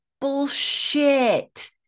bullshit